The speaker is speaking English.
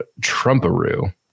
Trumparoo